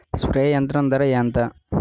Spray యంత్రం ధర ఏంతా?